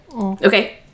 Okay